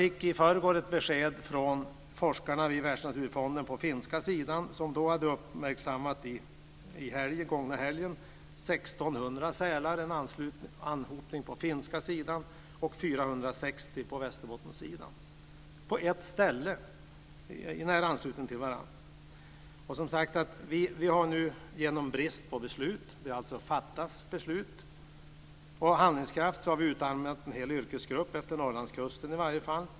I förrgår fick jag besked från forskarna hos Världsnaturfonden på finska sidan som den gångna helgen uppmärksammade en anhopning av 1 600 sälar på den finska sidan och 460 sälar på Västerbottenssidan, i nära anslutning till varandra. Genom bristen på beslut - det fattas alltså både handlingskraft och beslut - har en hel yrkesgrupp utarmats, åtminstone längs Norrlandskusten.